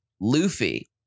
Luffy